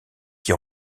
qui